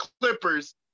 Clippers